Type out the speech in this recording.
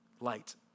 Light